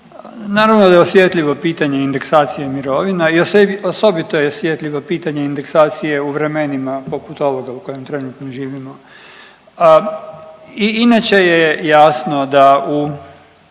Naravno da je osjetljivo pitanje indeksacija mirovina i osobito je osjetljivo pitanje indeksacije u vremenima poput ovoga u kojem trenutno živimo. I inače je jasno da u,